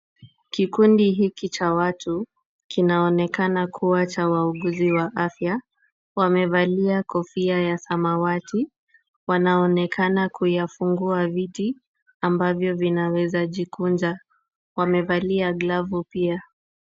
Kikundi hiki cha watu kinaonekana ni cha wauguzi wa afya. Wamevalia kofia ya samawati. Wanaonekana kuyafungua viti ambavyo vinawezajikunja. Wamevalia glavu pia.